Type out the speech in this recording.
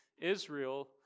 Israel